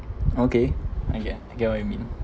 okay I get I get what you mean